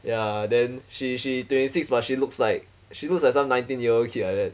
ya then she she twenty six but she looks like she looks like some nineteen year kid like that